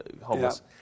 homeless